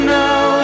now